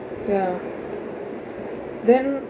ya then